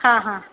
हां हां